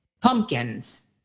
pumpkins